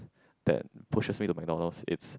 that pushes me to McDonald's it's